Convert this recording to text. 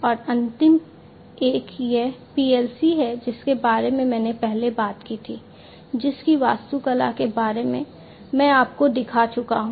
और अंतिम एक यह PLC है जिसके बारे में मैंने पहले बात की थी जिसकी वास्तुकला के बारे में मैं आपको दिखा चुका हूँ